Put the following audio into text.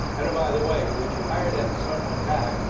and, by the way, when you hire that someone back,